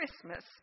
Christmas